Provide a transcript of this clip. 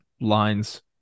lines